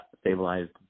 stabilized